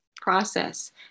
process